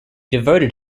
devoted